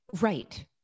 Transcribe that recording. Right